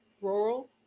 rural